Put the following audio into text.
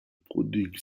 prodigue